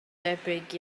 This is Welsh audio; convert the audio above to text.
debyg